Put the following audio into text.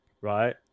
right